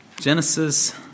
Genesis